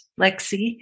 Lexi